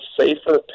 safer